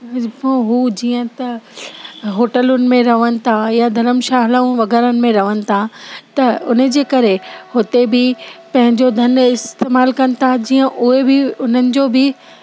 पोइ हू जीअं त होटलुनि में रहनि था या धर्मशालाऊं वग़ैरनि में रहनि था त उन जे करे हुते बि पंहिंजो धन इस्तेमालु कनि था जीअं उहे बि उन्हनि जो बि